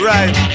Right